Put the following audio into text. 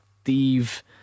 Steve